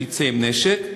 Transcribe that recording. שיצא עם נשק,